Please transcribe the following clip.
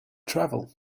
travel